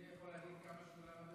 אדוני יכול להגיד כמה שולם,